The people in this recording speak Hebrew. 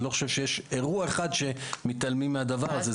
אני לא חושב שיש אירוע אחד שמתעלמים מהדבר הזה.